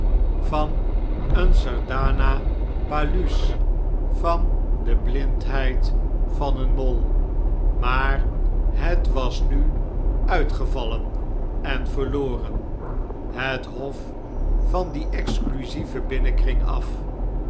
van een sardanapalus van de blindheid van een mol maar het was nu uitgevallen en verloren het hof van dien exclusieven binnekring af